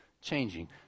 changing